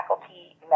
faculty